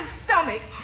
stomach